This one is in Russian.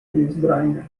переизбрание